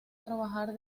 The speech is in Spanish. trabajar